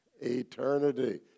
eternity